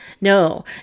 No